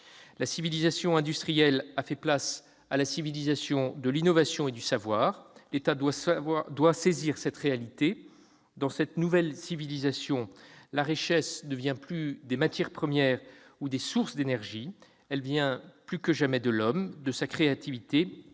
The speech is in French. La civilisation industrielle a fait place à la civilisation de l'innovation et du savoir. L'État doit saisir cette réalité. Dans cette nouvelle civilisation, la richesse ne vient plus des matières premières ou des sources d'énergie. Elle vient plus que jamais de l'homme, de sa créativité.